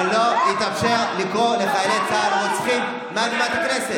אבל לא יתאפשר לקרוא לחיילי צה"ל "רוצחים" מעל בימת הכנסת.